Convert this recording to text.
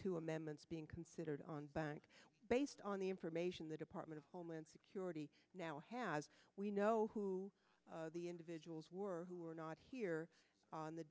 two amendments being considered on bank based on the information the department of homeland security now has we know who the individuals were who were not here on the